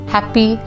Happy